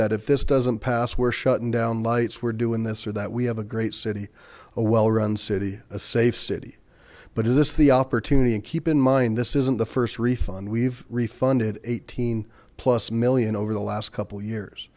that if this doesn't pass we're shutting down lights we're doing this or that we have a great city a well run city a safe city but is this the opportunity and keep in mind this isn't the first refund we've refunded eighteen plus million over the last couple years